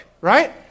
right